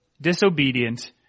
disobedient